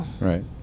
Right